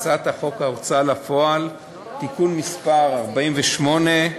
הצעת חוק ההוצאה לפועל (תיקון מס' 48,